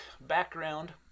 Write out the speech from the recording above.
background